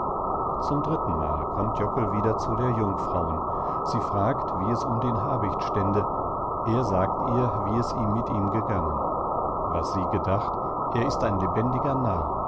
zum drittenmal kommt jockel wieder zu der jungfrauen sie fragt wie es um den habicht stände er sagt ihr wie es ihm mit gegangen was sie gedacht er ist ein lebendiger narr